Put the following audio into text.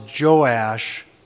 Joash